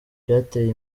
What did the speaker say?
byateye